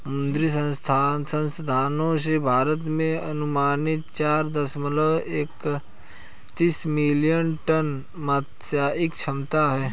मुद्री संसाधनों से, भारत में अनुमानित चार दशमलव एकतालिश मिलियन टन मात्स्यिकी क्षमता है